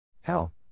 Hell